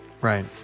Right